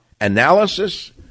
analysis